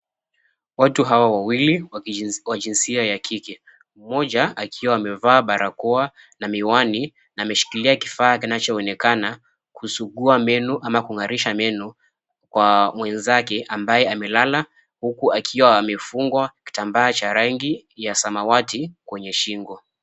Watu hawa wawili wa jinsia ya kike. Mmoja akiwa amevaa barakoa na miwani na ameshikilia kifaa kinachoonekana kusugua meno ama kung'arisha meno kwa mwenzake ambaye amelala, huku akiwa amefungwa kitambaa cha rangi ya samawati kwenye shingo.